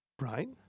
Right